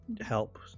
help